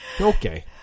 Okay